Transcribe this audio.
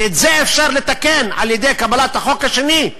ואת זה אפשר לתקן על-ידי קבלת החוק השני,